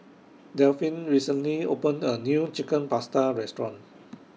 Delphine recently opened A New Chicken Pasta Restaurant